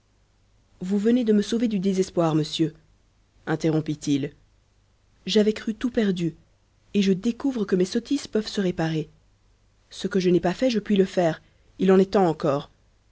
vous venez de me sauver du désespoir monsieur interrompit-il j'avais cru tout perdu et je découvre que mes sottises peuvent se réparer ce que je n'ai pas fait je puis le faire il en est temps encore